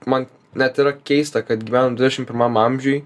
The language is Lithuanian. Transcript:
man net yra keista kad gyvenam dvidešim pirmam amžiuj